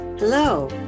Hello